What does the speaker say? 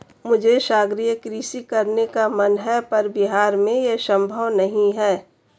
मुझे सागरीय कृषि करने का मन है पर बिहार में ये संभव नहीं है